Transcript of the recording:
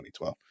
2012